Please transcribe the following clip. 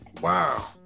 Wow